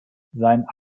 sein